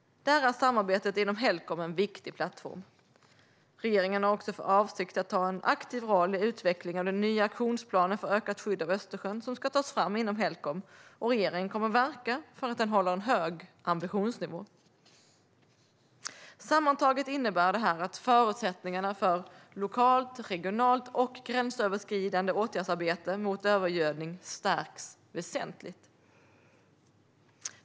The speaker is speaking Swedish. Där är samarbetet inom Helcom en viktig plattform. Regeringen har också för avsikt att ta en aktiv roll i utvecklingen av den nya aktionsplanen för ökat skydd av Östersjön som ska tas fram inom Helcom, och regeringen kommer att verka för att den håller en hög ambitionsnivå. Sammantaget innebär det här att förutsättningarna för lokalt, regionalt och gränsöverskridande åtgärdsarbete mot övergödning stärks väsentligt.